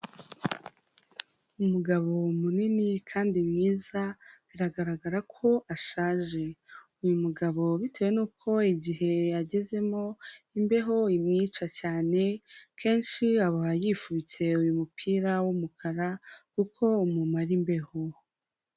Umugabo munini kandi mwiza, biragaragara ko ashaje. Uyu mugabo bitewe nuko igihe yagezemo imbeho imwica cyane, kenshi aba yifubitse uyu mupira w'umukara kuko umumara imbeho.